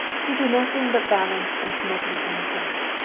he do nothing but balance and smoke the incense,